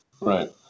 Right